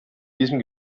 diesem